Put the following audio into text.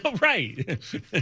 Right